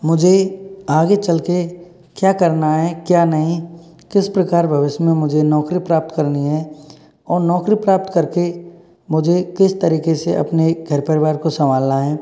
मुझे आगे चल के क्या करना है क्या नहीं किस प्रकार भविष्य में मुझे नौकरी प्राप्त करनी है और नौकरी प्राप्त कर के मुझे किस तरीके से अपने घर परिवार को संभालना है